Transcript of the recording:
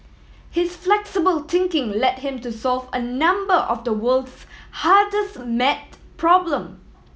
his flexible thinking led him to solve a number of the world's hardest maths problem